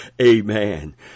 Amen